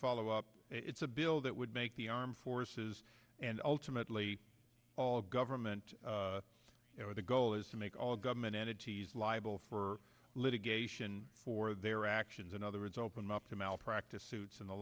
follow up it's a bill that would make the armed forces and ultimately all government the goal is to make all government entities liable for litigation for their actions in other words open up to malpractise suits and the